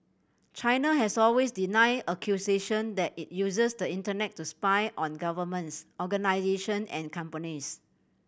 China has always denied accusation that it uses the Internet to spy on governments organisation and companies